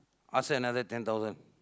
ask her another ten thousand